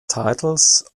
titles